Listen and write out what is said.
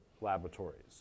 laboratories